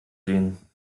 sehen